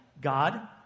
God